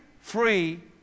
free